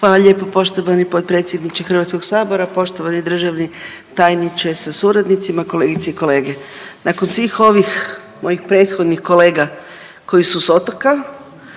Hvala lijepo poštovani potpredsjedniče Hrvatskog sabora. Poštovani državni tajniče sa suradnicima, kolegice i kolege, nakon svih ovih mojih prethodnih kolega koji su s otoka